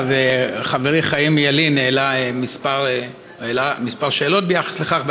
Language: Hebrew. חברי חיים ילין העלה שאלות מספר ביחס לכך.